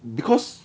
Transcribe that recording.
because